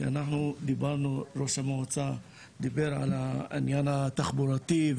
שראש המועצה דיבר על העניין התחבורתי,